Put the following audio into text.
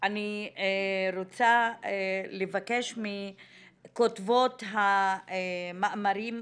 אני רוצה לבקש מכותבות המאמרים,